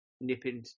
nipping